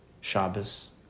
Shabbos